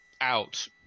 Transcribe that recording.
out